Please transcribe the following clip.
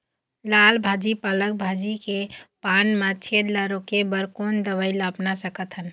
लाल भाजी पालक भाजी के पान मा छेद ला रोके बर कोन दवई ला अपना सकथन?